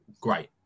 great